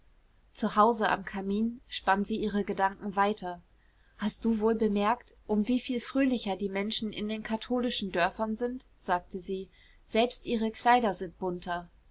zu hause am kamin spann sie ihre gedanken weiter hast du wohl bemerkt um wieviel fröhlicher die menschen in den katholischen dörfern sind sagte sie selbst ihre kleider sind bunter